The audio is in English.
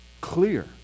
clear